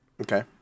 Okay